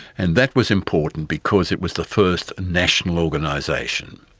and that was important because it was the first national organisation.